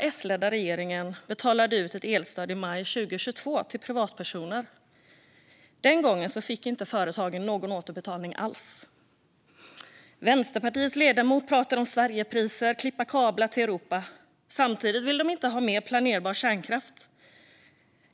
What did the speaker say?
S-ledda förra regeringen i maj 2022 betalade ut ett elstöd enbart till privatpersoner. Den gången fick inte företagen någon återbetalning alls. Vänsterpartiets ledamot talar om Sverigepriser och att klippa kablar till Europa. Samtidigt vill de inte ha med planerbar kärnkraft.